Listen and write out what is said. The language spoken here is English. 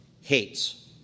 hates